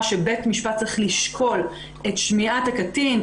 שבית המשפט צריך לשקול את שמיעת הקטין,